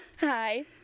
Hi